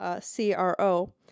C-R-O